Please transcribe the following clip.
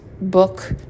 book